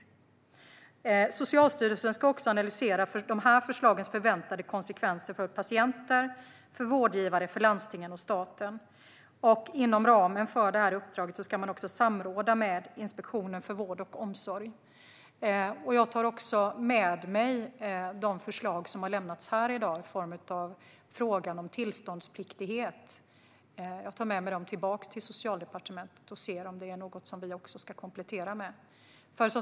Socialstyrelsen ska också analysera dessa förslags förväntade konsekvenser för patienter, för vårdgivare, för landstingen och för staten. Inom ramen för detta uppdrag ska man också samråda med Inspektionen för vård och omsorg. Jag tar också med mig de förslag som har lämnats här i dag när det gäller frågan om tillståndsplikt till Socialdepartementet för att se om det är något som vi ska komplettera med.